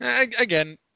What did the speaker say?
Again